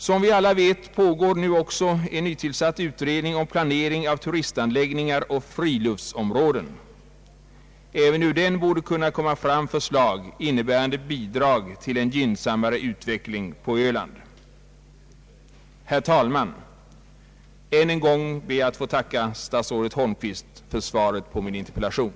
Som vi alla vet arbetar nu också en nytillsatt utredning med planering av turistanläggningar och friluftsområden. Även ur den borde kunna komma fram förslag innebärande bidrag till en gynnsammare utveckling på öland. Herr talman! Än en gång ber jag att få tacka statsrådet Holmqvist för svaret på min interpellation.